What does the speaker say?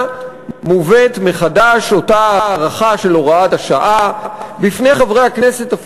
מובאת מחדש אותה הארכה של הוראת השעה בפני חברי הכנסת,